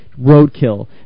roadkill